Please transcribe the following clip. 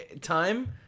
time